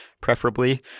Preferably